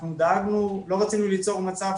שמענו בעיני תשובות מזעזעות,